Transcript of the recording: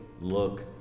look